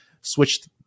switched